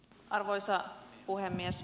arvoisa puhemies